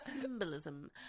Symbolism